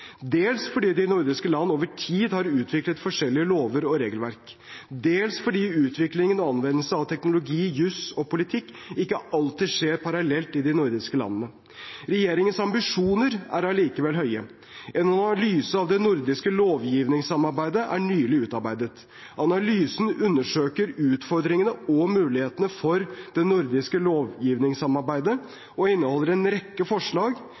dels fordi de nordiske land over tid har utviklet forskjellige lover og regelverk, dels fordi utviklingen og anvendelsen av teknologi, jus og politikk ikke alltid skjer parallelt i de nordiske landene. Regjeringens ambisjoner er allikevel høye. En analyse av det nordiske lovgivningssamarbeidet er nylig utarbeidet. Analysen undersøker utfordringene med og mulighetene for det nordiske lovgivningssamarbeidet og inneholder en rekke forslag